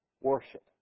worship